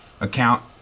account